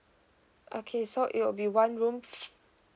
okay so it will be one room ff